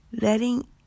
letting